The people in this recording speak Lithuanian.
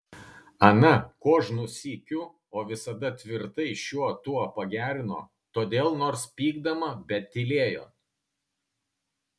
ana kožnu sykiu o visada tvirtai šiuo tuo pagerino todėl nors pykdama bet tylėjo